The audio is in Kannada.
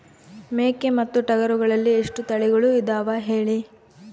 ಮೇಕೆ ಮತ್ತು ಟಗರುಗಳಲ್ಲಿ ಎಷ್ಟು ತಳಿಗಳು ಇದಾವ ಹೇಳಿ?